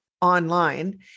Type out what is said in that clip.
online